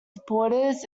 supporters